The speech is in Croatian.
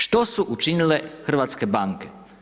Što su učinile hrvatske banke?